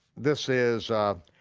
this is.